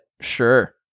sure